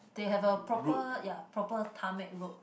they have a proper ya proper tarmac road